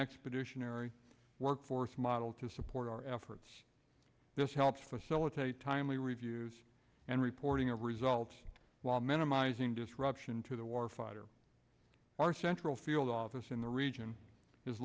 expeditionary workforce model to support our efforts this helps facilitate timely reviews and reporting of results while minimizing disruption to the war fighter our central field office in the region is